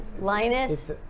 Linus